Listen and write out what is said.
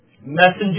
Messenger